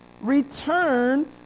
return